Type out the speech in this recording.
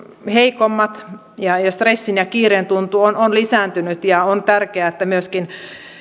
heikommat stressin ja kiireen tuntu on on lisääntynyt ja on tärkeää että myöskin